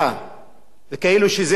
כאילו זה חלק מההתנהגות.